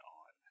on